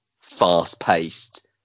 fast-paced